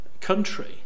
country